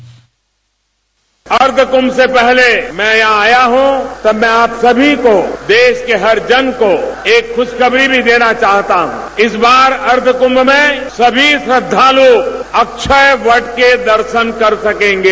bite Ardh Kumbh से पहले मैं यहां आया हूं तब मैं आप सभी को देश में हर जन से एक खुशखबरी भी देना चाहता हूं इस बार अर्द्धकुंभ में सभी श्रद्धालु अक्षय वट में दर्शन कर सकेंगे